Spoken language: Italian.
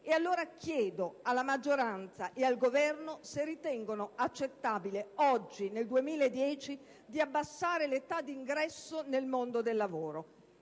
Ed allora chiedo alla maggioranza e al Governo se ritengono accettabile oggi, nel 2010, abbassare l'età di ingresso nel mondo del lavoro;